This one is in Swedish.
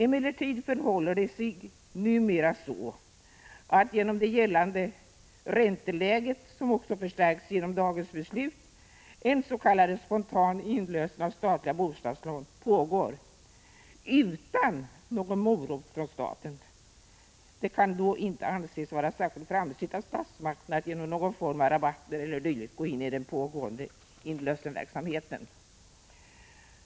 Emellertid förhåller det sig numera så, att genom det gällande ränteläget, som också förstärks genom dagens beslut i riksbanken, pågår s.k. spontan inlösen av statliga bostadslån, utan någon morot från staten. Det kan då inte anses vara särskilt framsynt av statsmakterna att genom någon form av rabatter e. d. gå in i den pågående inlösenverksamheten.